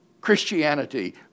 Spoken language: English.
Christianity